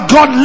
God